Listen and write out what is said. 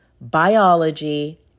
biology